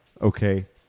Okay